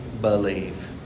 Believe